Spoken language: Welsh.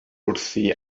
wrthi